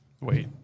Wait